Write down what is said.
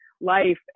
life